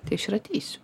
tai aš ir ateisiu